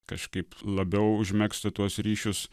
kažkaip labiau užmegzti tuos ryšius